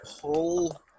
pull